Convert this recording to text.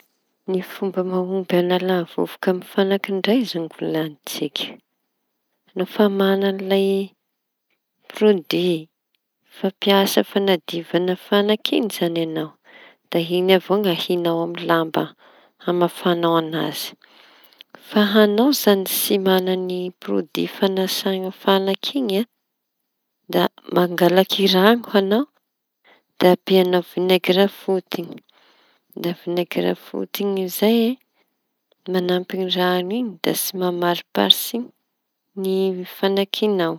Ny fomba mahomby hañala vovoky amy fañaky ndrai zao no volañintsika. No fa mañany lay prôdoia fampiasa fañadiova fañaky zañy añao da iñy avao ahiañao amy lamba hamafañao añazy. Añao zañy tsy maña prodi fañasan'ny fañaky iñy a, mangalaky raño añao raño da viñegry foty amizay ampia amy raño raño iñy da tsy mamariparitry izy amizay.